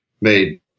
made